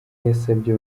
yasabye